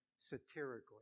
satirically